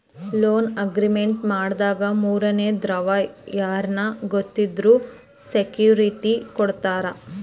loan agreement ಮಾಡಾಗ ಮೂರನೇ ದವ್ರು ಯಾರ್ನ ಗೊತ್ತಿದ್ದವ್ರು ಸೆಕ್ಯೂರಿಟಿ ಕೊಡ್ತಾರ